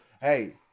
Hey